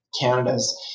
Canada's